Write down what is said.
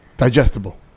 Digestible